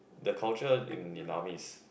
the culture in in army is